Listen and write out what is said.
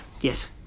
Yes